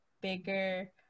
bigger